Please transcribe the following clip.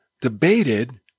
debated